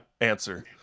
Answer